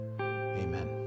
Amen